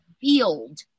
field